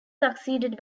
succeeded